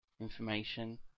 information